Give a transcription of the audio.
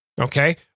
Okay